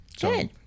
Good